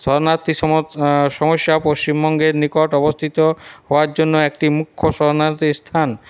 শরণার্থী সম সমস্যা পশ্চিমবঙ্গের নিকট অবস্থিত হওয়ার জন্য একটি মুখ্য শরণার্থী স্থান